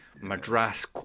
Madras